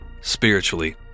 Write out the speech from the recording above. spiritually